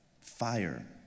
fire